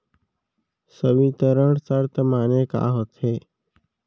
संवितरण शर्त माने का होथे?